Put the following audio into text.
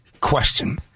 Question